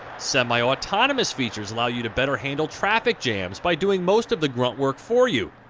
semi-autonomous features allow you to better handle traffic jams by doing most of the grunt work for you.